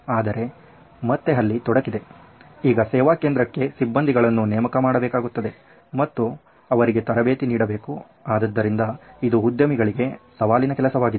ಆದರೆ ಮತ್ತೆ ಅಲ್ಲಿ ತೊಡಕಿದೆ ಈಗ ಸೇವಾ ಕೇಂದ್ರಕ್ಕೆ ಸಿಬ್ಬಂದಿಗಳನ್ನು ನೇಮಕ ಮಾಡಬೇಕಾಗುತ್ತದೆ ಮತ್ತು ಅವರಿಗೆ ತರಬೇತಿ ನೀಡಬೇಕು ಆದ್ದರಿಂದ ಇದು ಉದ್ಯಮಿಗಳಿಗೆ ಸವಾಲಿನ ಕೆಲಸವಾಗಿದೆ